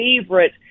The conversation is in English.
favorite